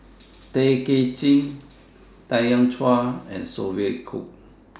Tay Kay Chin Tanya Chua and Sophia Cooke